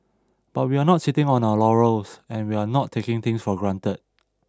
but we're not sitting on our laurels and we're not taking things for granted